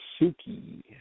Suki